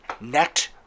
Net